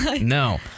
No